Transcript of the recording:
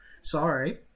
Sorry